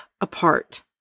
apart